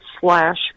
slash